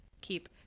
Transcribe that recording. keep